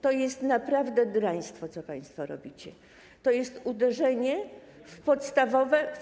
To jest naprawdę draństwo, co państwo robicie, to jest uderzenie w podstawowe.